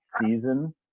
season